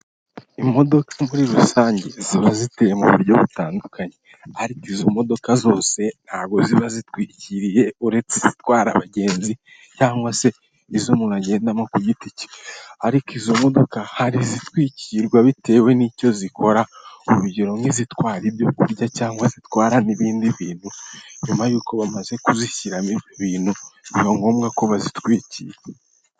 Imodoka muri rusange ziba ziteye mu buryo butandukanye ariko izo modoka zose ntago ziba zitwikiriye uretse izitwara abagenzi cyangwa se izo umuntu agendamo ku giti cye ariko izo modoka hari izitwikirwa bitewe n'icyo zikora urugero nk'izitwara ibyo kurya cyangwa zitwara n'ibindi bintu nyuma y'uko bamaze kuzishyiramo ibintu biba ngombwa ko bazitwikira.